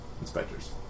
Inspectors